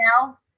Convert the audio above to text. now